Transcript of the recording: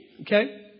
Okay